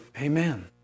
Amen